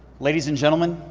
ladies and gentlemen,